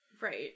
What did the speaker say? Right